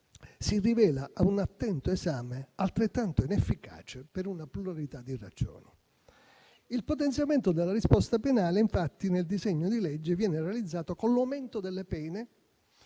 si rivela, a un attento esame, altrettanto inefficace per una pluralità di ragioni. Il potenziamento della risposta penale, infatti, nel disegno di legge viene realizzato con l'aumento delle pene